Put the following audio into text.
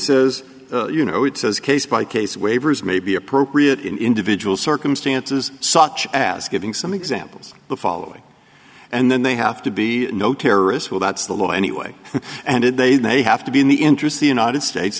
says you know it says case by case waivers may be appropriate in individual circumstances such as giving some examples the following and then they have to be no terrorist well that's the law anyway and they they have to be in the interest the united states